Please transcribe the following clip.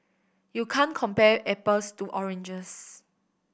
you can't compare apples to oranges